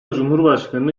cumhurbaşkanı